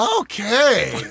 Okay